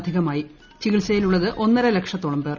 അധികമായി ചികിത്സയിലുള്ളത് ഒന്നര ലക്ഷത്തോളം പേർ